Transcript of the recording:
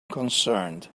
concerned